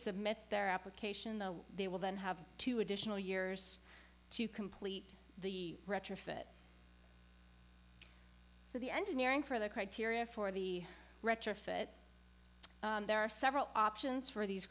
submit their application though they will then have two additional years to complete the retrofit so the engineering for the criteria for the retrofit there are several options for these